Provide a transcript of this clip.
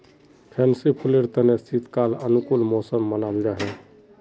fancy फुलेर तने शीतकाल अनुकूल मौसम मानाल जाहा